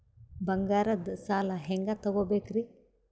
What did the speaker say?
ಬಂಗಾರದ್ ಸಾಲ ಹೆಂಗ್ ತಗೊಬೇಕ್ರಿ?